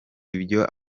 ibyo